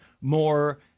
more